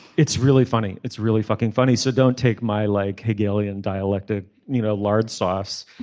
it's really funny it's really fucking funny so don't take my leg hegelian dialectic you know lard source